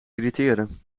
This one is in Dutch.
irriteren